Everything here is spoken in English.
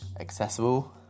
accessible